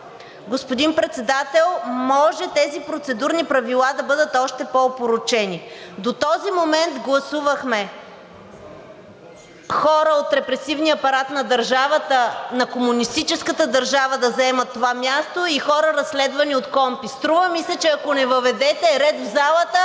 господин Председател, може тези процедурни правила да бъдат още по-опорочени. До този момент гласувахме хора от репресивния апарат на комунистическата държава да заемат това място и хора, разследвани от КПКОНПИ. Струва ми се, че ако не въведете ред в залата,